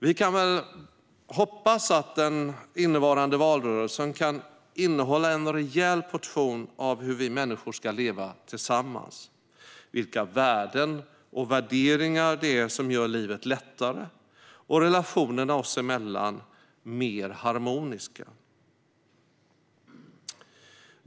Vi kan väl hoppas att den innevarande valrörelsen ska innehålla en rejäl portion av hur vi människor ska leva tillsammans och vilka värden och värderingar det är som gör livet lättare och relationerna oss emellan mer harmoniska.